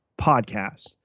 podcast